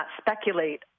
speculate